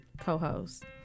co-host